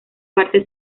parte